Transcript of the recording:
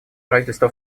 правительство